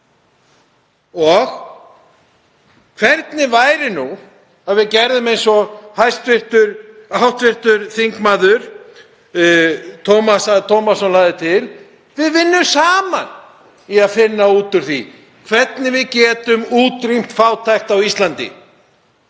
Hvernig væri nú að við gerðum eins og hv. þm. Tómas Á. Tómasson lagði til: Við vinnum saman í því að finna út úr því hvernig við getum útrýmt fátækt á Íslandi?